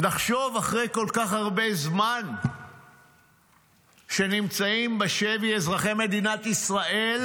לחשוב שאחרי כל כך הרבה זמן נמצאים בשבי אזרחי מדינת ישראל,